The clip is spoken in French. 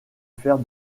faire